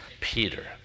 Peter